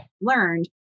learned